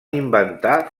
inventar